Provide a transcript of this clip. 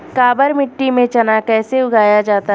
काबर मिट्टी में चना कैसे उगाया जाता है?